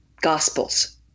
Gospels